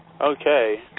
Okay